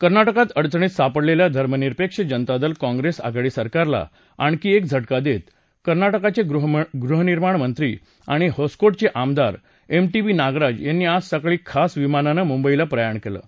कर्नाटकात अडचणीत सापडलखिा धर्मनिरपक्षजनता दल काँग्रस्तीआघाडी सरकारला आणखी एक झटका दत्तकर्नाटकाचगृहनिर्माण मंत्री आणि होस्कोटचञामदार एम टी बी नागराज यांनी आज सकाळी खास विमानानं मुंबईला प्रयाण कल्लि